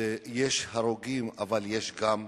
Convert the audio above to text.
שיש הרוגים, אבל יש גם פצועים.